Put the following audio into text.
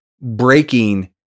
breaking